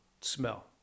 smell